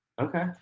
okay